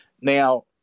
Now